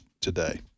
today